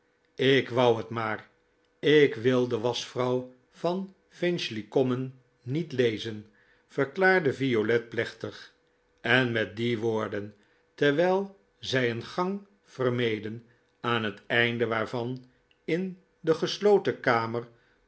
ik wou het maar ik wil de waschvrouw van finchley common niet lezen verklaarde violet plechtig en met die woorden terwijl zij een gang vermeden aan het einde waarvan in de gesloten kamer